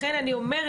לכן אני אומרת,